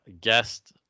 guest